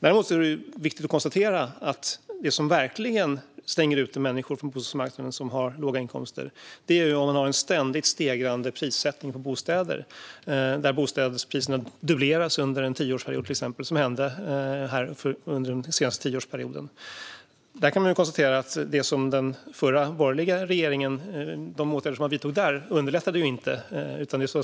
Däremot är det viktigt att konstatera att det som verkligen stänger ute människor med låga inkomster från bostadsmarknaden är om det är en ständigt stegrande prissättning på bostäder, där bostadspriserna till exempel dubbleras under en tioårsperiod. Det hände under den senaste tioårsperioden. Jag kan konstatera att de åtgärder som den förra borgerliga regeringen vidtog inte underlättade.